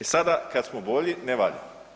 E sada kad smo bolji, ne valja.